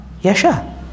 Yasha